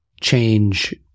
change